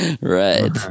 Right